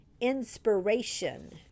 inspiration